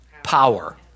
power